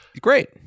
Great